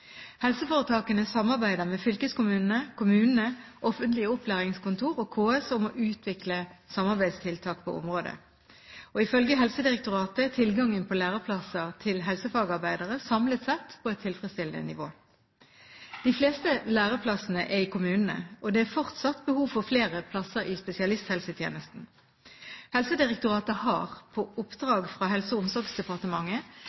Helseforetakene samarbeider med fylkeskommunene, kommunene, offentlige opplæringskontorer og KS om å utvikle samarbeidstiltak på området. Ifølge Helsedirektoratet er tilgangen på læreplasser til helsefagarbeidere samlet sett på et tilfredsstillende nivå. De fleste læreplassene er i kommunene, og det er fortsatt behov for flere plasser i spesialisthelsetjenesten. Helsedirektoratet har, på